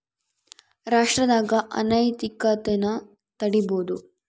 ರಾಷ್ಟ್ರದಾಗ ಅನೈತಿಕತೆನ ತಡೀಬೋದು